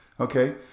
Okay